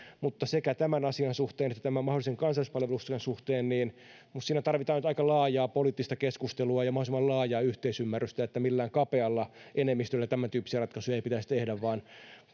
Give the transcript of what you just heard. mutta sekä tämän asian suhteen että tämän mahdollisen kansalaispalveluksen suhteen minusta siinä tarvitaan nyt aika laajaa poliittista keskustelua ja mahdollisimman laajaa yhteisymmärrystä eli millään kapealla enemmistöllä tämäntyyppisiä ratkaisuja ei pitäisi tehdä vaan